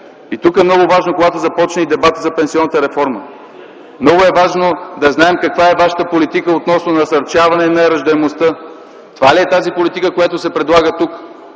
Тук е много важно, когато започне дебатът за пенсионната реформа, да знаем каква е вашата политика относно насърчаване на раждаемостта. Това ли е тази политика, която се предлага тук